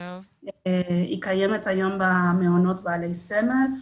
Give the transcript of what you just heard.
היא קיימת היום במעונות בעלי סמל,